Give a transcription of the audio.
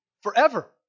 forever